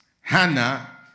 Hannah